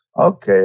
okay